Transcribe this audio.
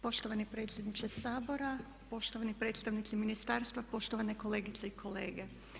Poštovani predsjedniče Sabora, poštovani predstavnici ministarstva, poštovane kolegice i kolege.